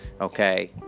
Okay